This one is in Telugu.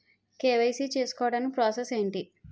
కే.వై.సీ చేసుకోవటానికి ప్రాసెస్ ఏంటి?